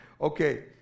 Okay